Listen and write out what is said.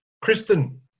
Kristen